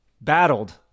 battled